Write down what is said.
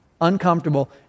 uncomfortable